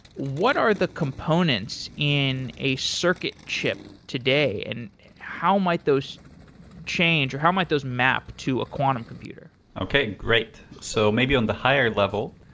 what are the components in a circuit chip today and how might those change or how might those map to a quantum computer? okay, great. so maybe on the higher level,